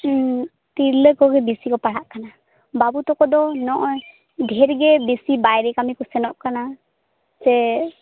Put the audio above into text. ᱛᱤᱨᱞᱟᱹ ᱠᱚᱜᱮ ᱵᱮᱥᱤ ᱠᱚ ᱯᱟᱲᱦᱟᱜ ᱠᱟᱱᱟ ᱵᱟᱹᱵᱩ ᱛᱟᱠᱚ ᱫᱚ ᱱᱚᱜᱼᱚᱭ ᱰᱷᱮᱨᱜᱤ ᱵᱮᱥᱤ ᱵᱟᱭᱨᱮ ᱠᱟᱹᱢᱤ ᱠᱚ ᱥᱮᱱᱚᱜ ᱠᱟᱱᱟ ᱥᱮ